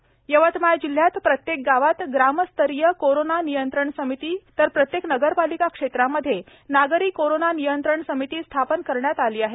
corona अभियान यवतमाळ जिल्ह्यात प्रत्येक गावात ग्रामस्तरीय कोरोना नियंत्रण समिती तर प्रत्येक नगरपालिका क्षेत्रामध्ये नागरी कोरोना नियंत्रण समिती स्थापन करण्यात आली आहे